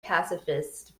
pacifist